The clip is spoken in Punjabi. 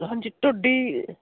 ਹਾਂਜੀ ਤੁਹਾਡੀ